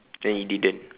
then you didn't